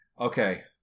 Okay